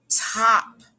top